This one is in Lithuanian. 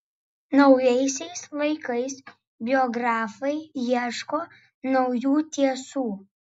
naujaisiais laikais biografai ieško naujų tiesų